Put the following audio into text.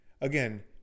again